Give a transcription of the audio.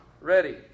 ready